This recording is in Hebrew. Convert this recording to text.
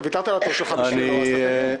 אתה ויתרת על התור שלך בשבילו, אז תמתין.